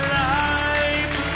life